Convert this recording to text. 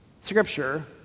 scripture